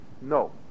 no